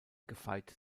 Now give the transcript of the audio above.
gefeit